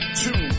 two